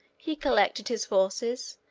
he collected his forces,